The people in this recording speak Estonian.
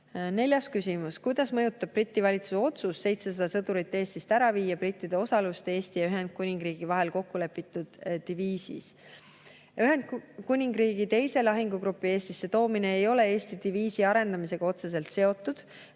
Neljas küsimus: "Kuidas mõjutab Briti valitsuse otsus 700 sõdurit Eestist ära viia brittide osalust Eesti ja Ühendkuningriigi vahel kokkulepitud diviisi?" Ühendkuningriigi teise lahingugrupi Eestisse toomine ei ole Eesti diviisi arendamisega otseselt seotud.